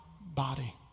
body